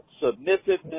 submissiveness